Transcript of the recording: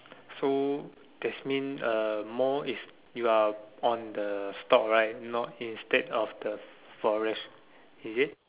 so this means uh more is you are on the stock right not instead of the Forex is it